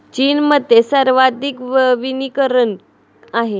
चीनमध्ये सर्वाधिक वनीकरण आहे